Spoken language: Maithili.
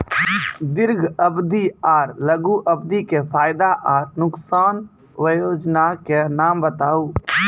दीर्घ अवधि आर लघु अवधि के फायदा आर नुकसान? वयोजना के नाम बताऊ?